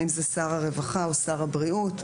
האם זה שר הרווחה או שר הבריאות?